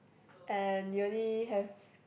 and you only have